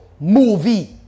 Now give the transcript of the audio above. movie